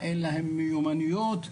עם משהו שיכולים לחיות מזה,